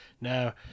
Now